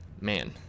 Man